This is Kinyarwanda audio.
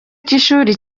cy’ishuri